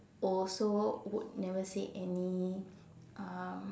also would never say any um